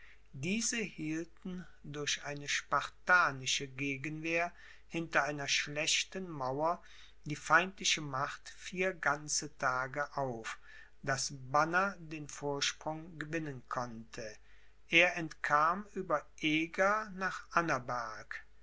diese hielten durch eine spartanische gegenwehr hinter einer schlechten mauer die feindliche macht vier ganze tage auf daß banner den vorsprung gewinnen konnte er entkam über eger nach annaberg